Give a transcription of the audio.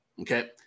Okay